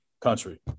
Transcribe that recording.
country